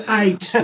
eight